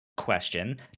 question